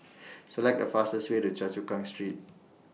Select The fastest Way to Choa Chu Kang Street